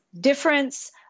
difference